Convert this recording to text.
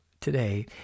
today